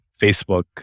Facebook